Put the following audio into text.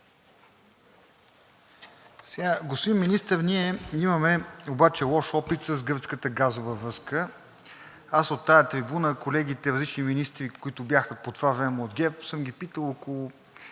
Господин Министър, ние имаме обаче лош опит с гръцката газова връзка. От тази трибуна колегите – различни министри, които бяха по това време от ГЕРБ, съм ги питал около